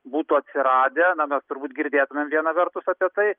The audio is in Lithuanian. būtų atsiradę na mes turbūt girdėtumėm viena vertus apie tai